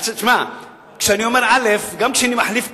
תשמע, כשאני אומר א', גם כשאני מחליף כובע,